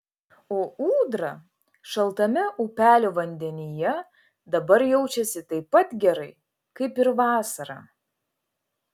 o ūdra šaltame upelio vandenyje dabar jaučiasi taip pat gerai kaip ir vasarą